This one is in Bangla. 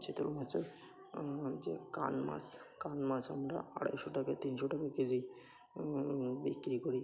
চিতল মাছের যে কান মাছ কান মাছ আমরা আড়াইশো টাকা তিনশো টাকা কেজি বিক্রি করি